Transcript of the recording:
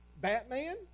Batman